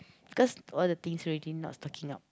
cause all the things already not stocking up